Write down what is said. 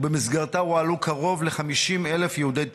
ובמסגרתה הועלו קרוב ל-50,000 יהודי תימן.